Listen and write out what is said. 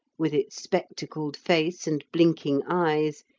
with its spectacled face and blinking eyes,